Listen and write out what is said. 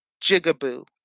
Jigaboo